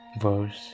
verse